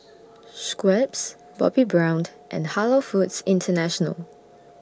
Schweppes Bobbi Browned and Halal Foods International